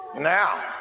Now